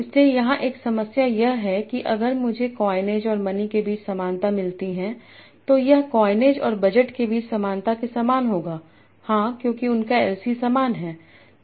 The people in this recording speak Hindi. इसलिए यहां एक समस्या यह है कि अगर मुझे कॉइनएज और मनी के बीच समानता मिलती है तो यह कॉइनएज और बजट के बीच समानता के समान होगा हां क्योंकि उनका L Cs समान है